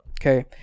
Okay